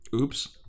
Oops